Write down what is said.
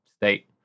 state